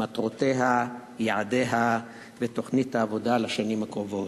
מטרותיה, יעדיה ותוכנית העבודה לשנים הקרובות.